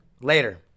later